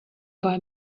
buy